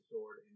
sword